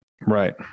Right